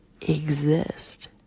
exist